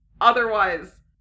otherwise